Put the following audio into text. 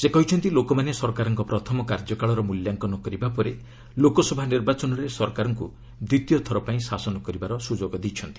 ସେ କହିଛନ୍ତି ଲୋକମାନେ ସରକାରଙ୍କ ପ୍ରଥମ କାର୍ଯ୍ୟକାଳର ମୂଲ୍ୟାଙ୍କନ କରିବା ପରେ ଲୋକସଭା ନିର୍ବାଚନରେ ସରକାରଙ୍କୁ ଦ୍ୱିତୀୟଥର ପାଇଁ ଶାସନ କରିବାର ସୁଯୋଗ ଦେଇଛନ୍ତି